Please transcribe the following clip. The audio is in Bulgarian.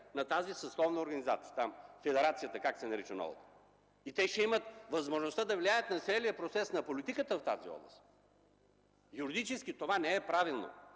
на тази съсловна организация, или федерация, или както се нарича по новому. Те ще имат възможността да влияят на целия процес на политиката в тази област. Юридически това не е правилно.